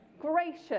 gracious